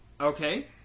Okay